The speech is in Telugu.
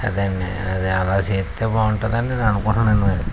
అదే అండి అదే అలా చేస్తే బాగుంటుంది అని నేను అనుకుంటున్నాను మరి